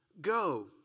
Go